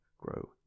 grow